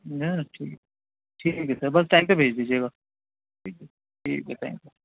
نہ نہ ٹھیک ہے ٹھیک ہے سر بس ٹائم پہ بھیج دیجیے گا ٹھیک ہے ٹھیک ہے تھینک یو